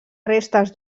restes